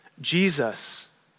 Jesus